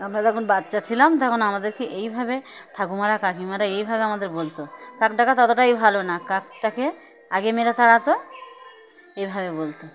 আমরা যখন বাচ্চা ছিলাম তখন আমাদেরকে এইভাবে ঠাকুমারা কাকিমারা এইভাবে আমাদের বলতো কাক ডাকা ততটাই ভালো না কাকটাকে আগে মেরে তাড়া তো এইভাবে বলতো